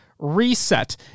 reset